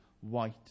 white